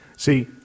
See